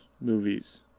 movies